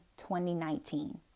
2019